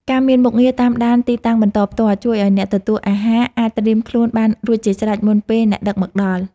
ការមានមុខងារតាមដានទីតាំងបន្តផ្ទាល់ជួយឱ្យអ្នកទទួលអាហារអាចត្រៀមខ្លួនបានរួចជាស្រេចមុនពេលអ្នកដឹកមកដល់។